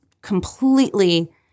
completely